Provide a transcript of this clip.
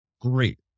Great